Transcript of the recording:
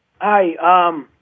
hi